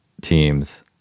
teams